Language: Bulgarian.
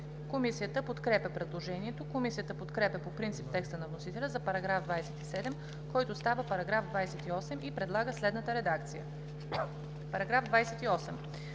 Комисията подкрепя предложението. Комисията подкрепя по принцип текста на вносителя за § 27, който става § 28 и предлага следната редакция: „§ 28.